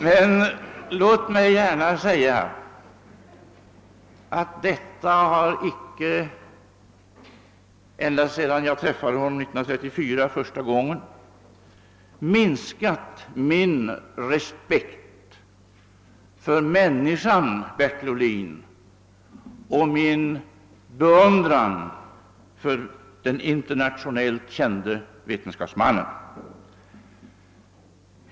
Men låt mig gärna säga att detta har icke ända sedan 1934 då jag träffade honom första gången minskat min respekt för människan Bertil Ohlin och min beundran för den internatio nellt kände vetenskapsmannen.